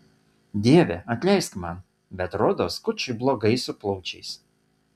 dieve atleisk man bet rodos kučui blogai su plaučiais